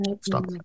Stop